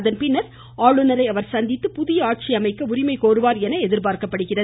அதன் பின்னர் ஆளுநரை சந்தித்து புதிய ஆட்சி அமைக்க அவர் உரிமை கோருவார் என எதிர்பார்க்கப்படுகிறது